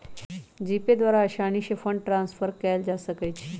GPay द्वारा असानी से फंड ट्रांसफर कयल जा सकइ छइ